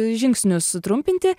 žingsnių sutrumpinti